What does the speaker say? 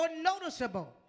Noticeable